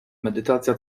medytacja